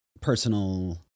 personal